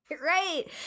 Right